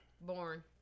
born